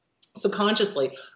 Subconsciously